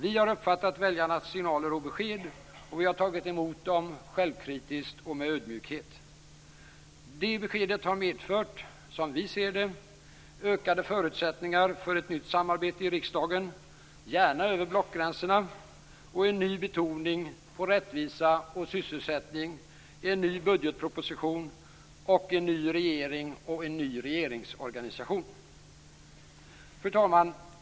Vi har uppfattat väljarnas signaler och besked, och vi har tagit emot dem självkritiskt och med ödmjukhet. Det beskedet har, som vi ser det, medfört ökade förutsättningar för ett nytt samarbete i riksdagen, gärna över blockgränserna, en ny betoning på rättvisa och sysselsättning, en ny budgetproposition samt en ny regering och en ny regeringsorganisation. Fru talman!